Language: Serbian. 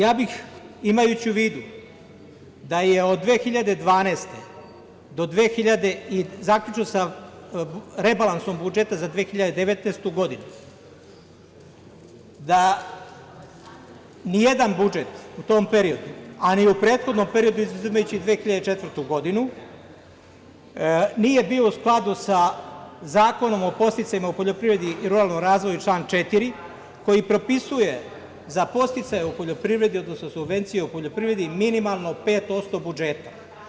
Ja bih, imajući u vidu da je od 2012. godine zaključno sa rebalansom budžeta za 2019. godinu, da ni jedan budžet u tom periodu, a ni u prethodnom periodu, izuzimajući 2004. godinu, nije bio u skladu sa Zakonom o podsticajima u poljoprivredi u ruralnom razvoju, član 4, koji propisuje za podsticaje u poljoprivredi, odnosno subvencije u poljoprivredi, minimalno 5% budžeta.